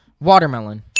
Watermelon